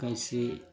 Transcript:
कैसे